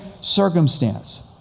circumstance